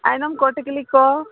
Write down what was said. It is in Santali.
ᱟᱭᱱᱚᱢᱠᱚ ᱴᱤᱠᱞᱤᱠᱚ